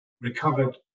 Recovered